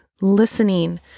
listening